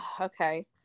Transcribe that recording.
Okay